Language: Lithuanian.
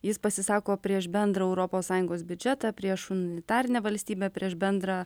jis pasisako prieš bendrą europos sąjungos biudžetą prieš unitarinę valstybę prieš bendrą